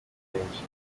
menshi